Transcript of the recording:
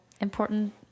important